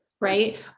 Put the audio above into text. Right